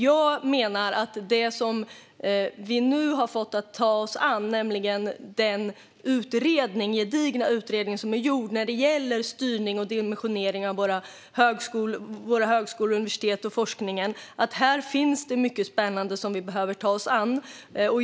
Jag menar dock att i den gedigna utredning som är gjord när det gäller styrning och dimensionering av våra högskolor, universitet och forskningen finns det mycket spännande som vi behöver ta oss an.